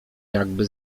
jakby